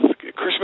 Christmas